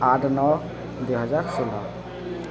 ଆଠ ନଅ ଦୁଇହଜାର ଷୋହଳ